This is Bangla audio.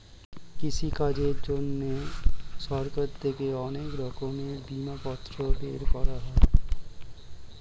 কৃষিকাজের জন্যে সরকার থেকে অনেক রকমের বিমাপত্র বের করা হয়